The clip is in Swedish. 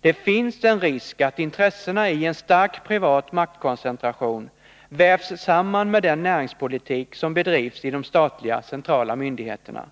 Det finns en risk att intressena i en stark privat maktkoncentration vävs samman med den näringspolitik som bedrivs i de statliga centrala myndigheterna.